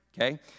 Okay